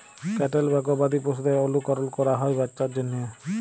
cattle বা গবাদি পশুদের অলুকরল ক্যরা হ্যয় বাচ্চার জ্যনহে